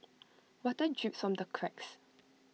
water drips from the cracks